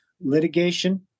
litigation